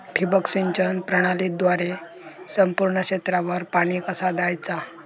ठिबक सिंचन प्रणालीद्वारे संपूर्ण क्षेत्रावर पाणी कसा दयाचा?